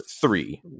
three